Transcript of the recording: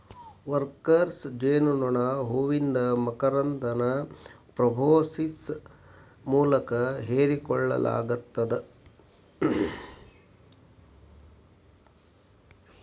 worker ಜೇನನೋಣ ಹೂವಿಂದ ಮಕರಂದನ ಪ್ರೋಬೋಸಿಸ್ ಮೂಲಕ ಹೇರಿಕೋಳ್ಳಲಾಗತ್ತದ